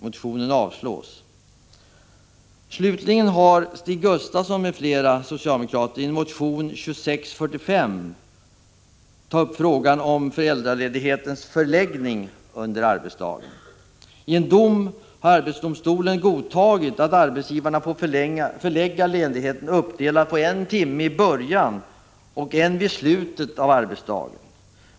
I en dom har arbetsdomstolen godtagit att arbetsgivaren får förlägga ledigheten uppdelad på en timme i början och en vid slutet av arbetsdagen.